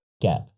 gap